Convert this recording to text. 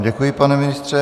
Děkuji vám, pane ministře.